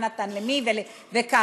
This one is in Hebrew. מה נתן למי וכמה.